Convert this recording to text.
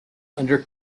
under